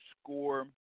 score